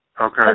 Okay